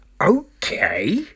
okay